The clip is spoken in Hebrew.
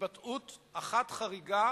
התבטאות אחת חריגה